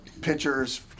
pitchers